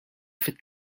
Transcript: fit